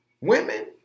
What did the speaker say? women